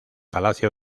palacio